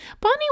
Bonnie